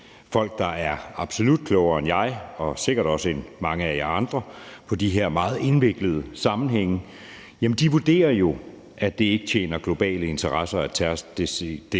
Folk, der er absolut klogere end mig og sikkert også mange af jer andre på de her meget indviklede sammenhænge, vurderer jo, at det ikke tjener globale interesser at